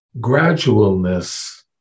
gradualness